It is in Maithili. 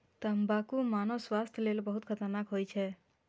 तंबाकू मानव स्वास्थ्य लेल बहुत खतरनाक होइ छै